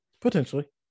Potentially